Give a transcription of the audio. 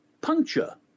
puncture